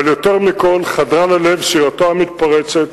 אבל יותר מכול חדרה ללב שירתו המתפרצת,